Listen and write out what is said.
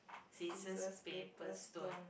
scissors paper stone